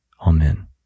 Amen